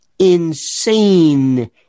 insane